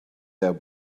their